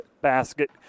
basket